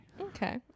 Okay